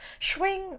swing